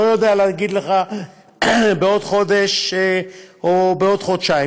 אני לא יודע להגיד לך אם בעוד חודש או בעוד חודשיים.